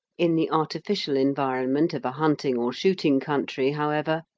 in the artificial environment of a hunting or shooting country, however,